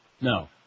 No